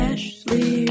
Ashley